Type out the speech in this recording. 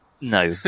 No